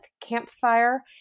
campfire